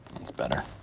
that's better.